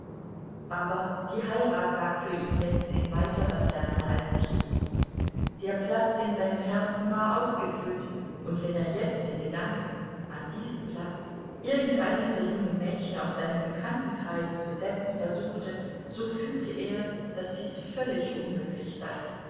aber die heirat lag für ihn jetzt in weiterer ferne als je der platz in seinem herzen war ausgefüllt und wenn er jetzt in gedanken an diesen platz irgendeines der jungen mädchen aus seinem bekanntenkreise zu setzen versuchte so fühlte er daß dies völlig unmöglich sei